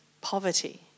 poverty